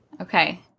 Okay